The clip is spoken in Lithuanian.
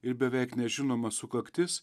ir beveik nežinoma sukaktis